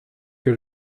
que